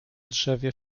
drzewie